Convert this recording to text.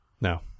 No